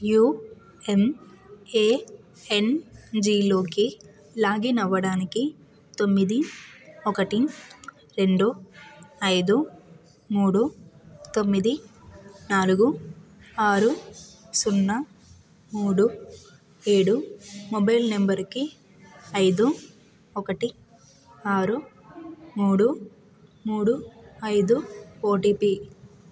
యూఎమ్ఏఎన్జిలోకి login అవ్వడానికి తొమ్మిది ఒకటి రెండు ఐదు మూడు తొమ్మిది నాలుగు ఆరు సున్నా మూడు ఏడు మొబైల్ నంబరుకి ఐదు ఒకటి ఆరు మూడు మూడు ఐదు ఓటీపీ